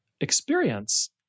experience